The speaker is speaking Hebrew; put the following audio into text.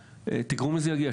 תגרום לזה להגיע,